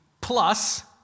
plus